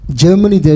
Germany